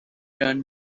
turn